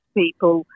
people